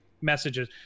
messages